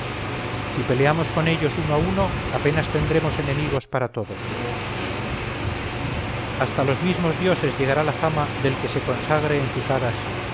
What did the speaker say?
si peleamos con ellos uno a uno apenas tendremos enemigos para todos hasta los mismos dioses llegará la fama del que se consagre en sus aras